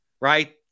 right